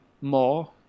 more